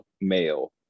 male